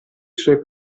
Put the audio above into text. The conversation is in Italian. suoi